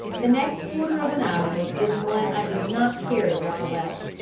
the next quarter of an hour was one i do not care to recollect,